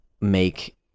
make